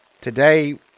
today